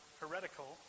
heretical